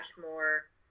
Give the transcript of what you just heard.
more